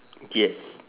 yes